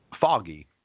foggy